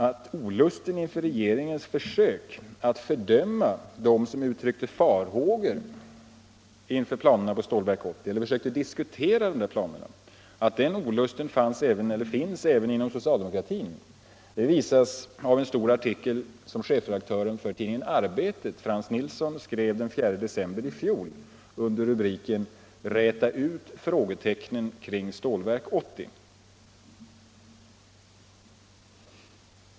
Att olusten inför regeringens försök att fördöma dem som uttryckte farhågor inför planerna på Stålverk 80 eller som ville diskutera de planerna finns även inom socialdemokratin framgår av en stor artikel av chefredaktören för Arbetet, Frans Nilsson, den 4 december i fjol under rubriken Räta ut frågetecknen kring Stålverk 80.